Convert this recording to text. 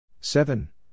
seven